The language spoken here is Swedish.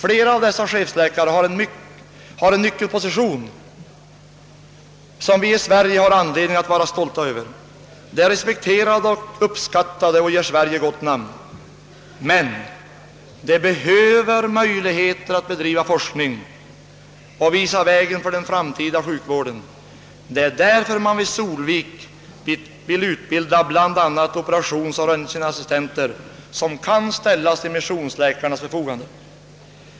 Flera av dessa chefsläkare har en nyckelposition, som vi i Sverige har anledning att vara stolta över. De är respekterade och uppskattade, och de ger Sverige ett gott namn. Men de behöver möjligheter att bedriva forsk ning och visa vägen för den framtida sjukvården. Det är därför man 1 Solvik vill utbilda bl.a. operationsoch röntgenassistenter, som kan ställas till missionsläkarnas förfogande.